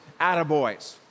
attaboys